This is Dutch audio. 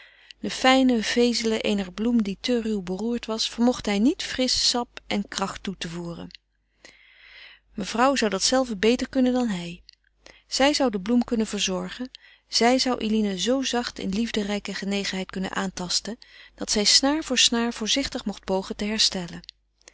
de fijne vezelen eener bloem die te ruw beroerd was vermocht hij niet frisch sap en kracht toe te voeren mevrouw zou dat zelve beter kunnen dan hij zij zou de bloem kunnen verzorgen zij zou eline z zacht in liefderijke genegenheid kunnen aantasten dat zij snaar voor snaar voorzichtig mocht pogen te herstellen